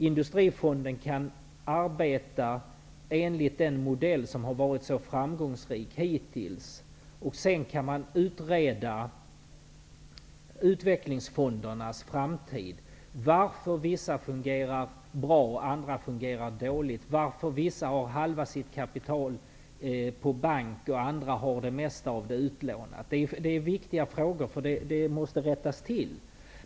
Industrifonden kan arbeta enligt den modell som har varit så framgångsrik hittills, och sedan kan man utreda Utvecklingsfondernas framtid, varför vissa fungerar bra och andra fungerar dåligt, varför vissa har halva sitt kapital på bank och andra har det mesta av sitt kapital utlånat. Det är viktiga frågor. Det är sådant som måste rättas till.